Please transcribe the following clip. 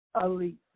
elite